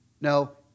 No